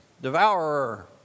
Devourer